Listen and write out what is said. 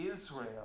Israel